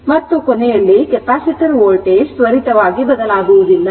ಮತ್ತು ಕೊನೆಯಲ್ಲಿ capacitor voltage ತ್ವರಿತವಾಗಿ ಬದಲಾಗುವುದಿಲ್ಲ